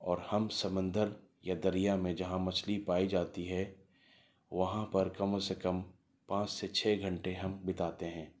اور ہم سمندر یا دریا میں جہاں مچھلی پائی جاتی ہے وہاں پر کم سے کم پانچ سے چھ گھنٹے ہم بتاتے ہیں